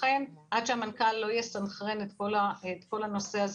עד שהמנכ"ל לא יסנכרן את כל הנושא הזה